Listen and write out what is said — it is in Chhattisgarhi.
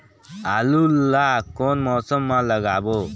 आलू ला कोन मौसम मा लगाबो?